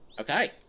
Okay